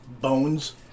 Bones